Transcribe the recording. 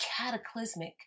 cataclysmic